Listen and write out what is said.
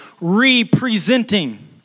representing